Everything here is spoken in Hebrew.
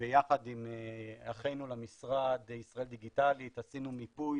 ביחד עם אחינו למשרד, ישראל דיגיטלית, עשינו מיפוי